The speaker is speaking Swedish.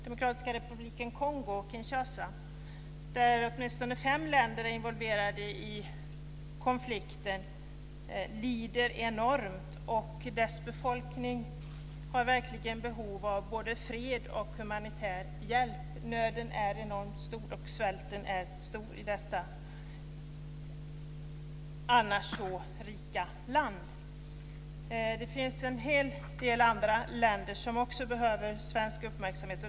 Demokratiska republiken Kongo, Kongo-Kinshasa, där åtminstone fem länder är involverade i konflikten, lider enormt. Dess befolkning har verkligen behov av både fred och humanitär hjälp. Nöden är enormt stor, och svälten är stor i detta annars så rika land. Det finns en hel del andra länder som också behöver svensk uppmärksamhet.